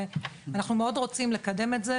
אנחנו מאוד רוצים לקדם את זה,